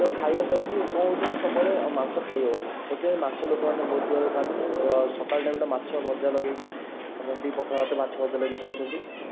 ତ ଖାଇବା ଦ୍ଵାରା କ'ଣ ହେଉଛି ନା ସବୁବେଳେ ଆଉ ମାଂସ ଖାଇ ହେବନି ସେଥିପାଇଁ ମାଛ ଲୋକମାନେ ବହୁତ ଭାବେ ଖାଆନ୍ତି ମୁଁ ଅ ସକାଳ ଟାଇମ୍ଟା ମାଛ ଭଜା ଲଗେଇକି ସମସ୍ତେ ବି ପଖାଳ ଭାତ ମାଛ ଭଜା ଲଗେଇକି ଖାଉଛନ୍ତି